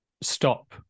stop